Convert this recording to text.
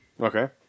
Okay